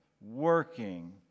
working